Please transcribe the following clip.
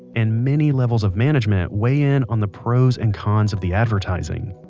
and many levels of management weigh in on the pros and cons of the advertising.